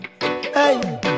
Hey